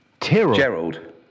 Gerald